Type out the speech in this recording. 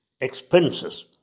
expenses